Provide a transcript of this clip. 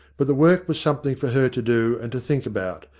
but the work was something for her to do and to think about,